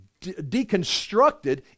deconstructed